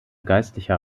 geistlicher